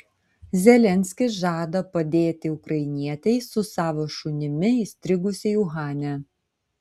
zelenskis žada padėti ukrainietei su savo šunimi įstrigusiai uhane